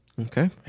okay